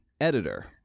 editor